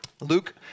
Luke